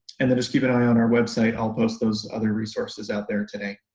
and then just keep an eye on our website, i'll post those other resources out there today.